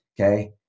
Okay